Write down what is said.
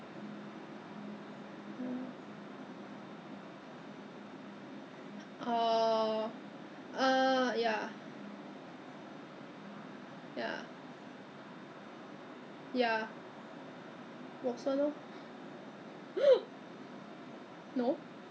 correct 没有没有 not true not true after that fixed back it can be fixed back so I fixed back then 我开始吊回去开始吊在车上怎么知道挂一下子它整个断掉再挂一下子 the other hook also flew off from the car so basically the quality is com~ you know is terrible it's just inferior quality that is so terrible